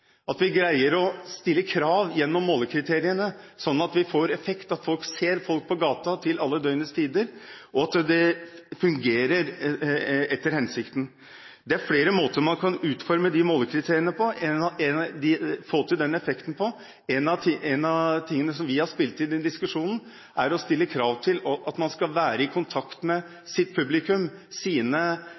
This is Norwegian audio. at vi greier å stille krav gjennom målekriteriene, slik at vi får effekt, at folk ser dem på gata til alle døgnets tider, og at det fungerer etter hensikten. Det er flere måter å utforme de målekriteriene på og få til den effekten på. Én av tingene som vi har spilt inn i diskusjonen, er å stille krav til at man skal være i kontakt med sitt publikum,